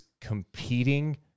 competing